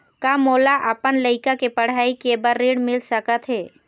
का मोला अपन लइका के पढ़ई के बर ऋण मिल सकत हे?